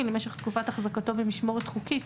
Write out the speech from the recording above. למשך תקופת החזקתו במשמורת חוקית,